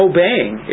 Obeying